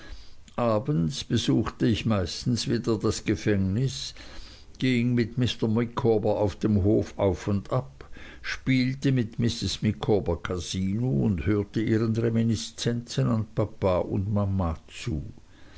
abends besuchte ich meistens wieder das gefängnis ging mit mr micawber auf dem hofe auf und ab spielte mit mrs micawber casino und hörte ihren reminiszensen an papa und mama zu